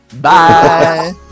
Bye